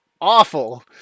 awful